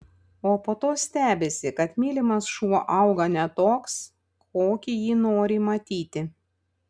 o po to stebisi kad mylimas šuo auga ne toks kokį jį nori matyti